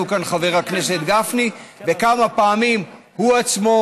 כאן חבר הכנסת גפני וכמה פעמים הוא עצמו